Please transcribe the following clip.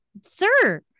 Sir